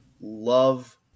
love